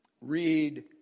read